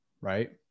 right